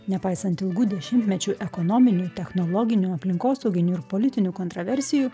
nepaisant ilgų dešimtmečių ekonominių technologinių aplinkosauginių ir politinių kontraversijų